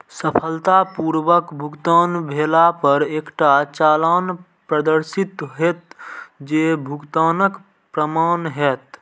सफलतापूर्वक भुगतान भेला पर एकटा चालान प्रदर्शित हैत, जे भुगतानक प्रमाण हैत